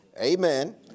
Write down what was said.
Amen